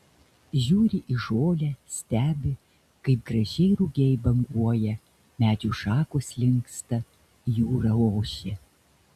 žiūri į žolę stebi kaip gražiai rugiai banguoja medžių šakos linksta jūra ošia